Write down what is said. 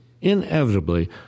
inevitably